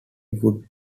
would